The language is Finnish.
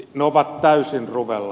ne ovat täysin ruvella